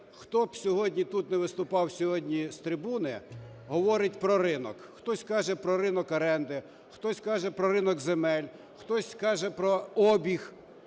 хто б сьогодні тут не виступав сьогодні з трибуни, говорить про ринок: хтось каже про ринок оренди, хтось каже про ринок земель, хтось каже про обіг.